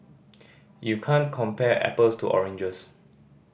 you can't compare apples to oranges